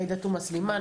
עאידה תומא סלימאן,